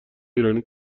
ایران